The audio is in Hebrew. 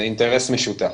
זה אינטרס משותף.